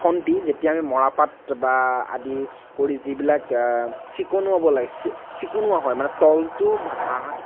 খন্তি যেতিয়া আমি মৰাপাট বা আদি কৰি যিবিলাক চিকুনাব লাগে চিকুণোৱা হয় মানে তলটো ঘাঁহ